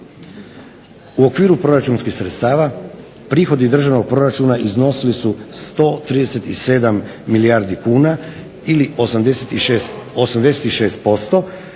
U okviru proračunskih sredstava prihodi državnog proračuna iznosili su 137 milijardi kuna ili 86%.